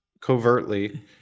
Covertly